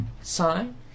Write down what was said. sign